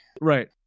Right